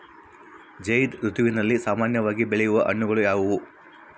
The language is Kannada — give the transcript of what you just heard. ಝೈಧ್ ಋತುವಿನಲ್ಲಿ ಸಾಮಾನ್ಯವಾಗಿ ಬೆಳೆಯುವ ಹಣ್ಣುಗಳು ಯಾವುವು?